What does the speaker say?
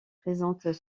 présentent